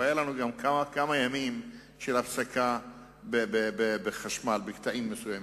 היו לנו גם כמה ימים של הפסקה בחשמל בקטעים מסוימים.